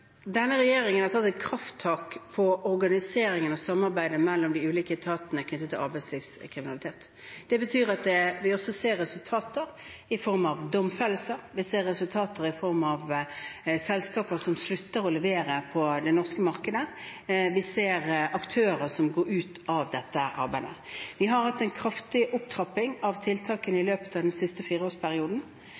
Denne regjeringen har tatt et krafttak når det gjelder organiseringen og samarbeidet mellom de ulike etatene knyttet til arbeidslivskriminalitet. Det betyr at vi også ser resultater i form av domfellelser, vi ser resultater i form av selskaper som slutter å levere på det norske markedet, vi ser aktører som går ut av dette arbeidet. Vi har hatt en kraftig opptrapping av tiltakene i løpet av den siste fireårsperioden.